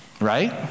right